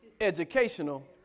educational